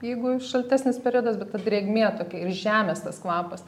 jeigu šaltesnis periodas bet ta drėgmė tokia ir žemės tas kvapas